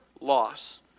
loss